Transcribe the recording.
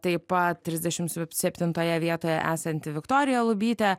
taip pat trisdešimt septintoje vietoje esanti viktorija lubytė